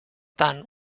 tant